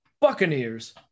Buccaneers